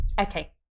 Okay